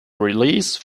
release